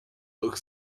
look